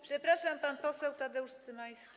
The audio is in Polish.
Przepraszam, pan poseł Tadeusz Cymański.